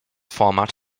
format